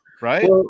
right